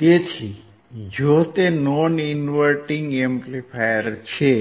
તેથી જો તે નોન ઇન્વર્ટીંગ એમ્પ્લીફાયર છે